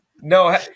No